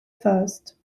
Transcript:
first